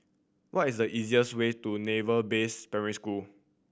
what is the easiest way to Naval Base Primary School